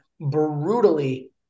brutally